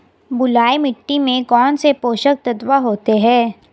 बलुई मिट्टी में कौनसे पोषक तत्व होते हैं?